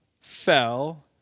fell